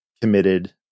committed